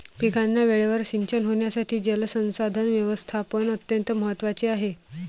पिकांना वेळेवर सिंचन होण्यासाठी जलसंसाधन व्यवस्थापन अत्यंत महत्त्वाचे आहे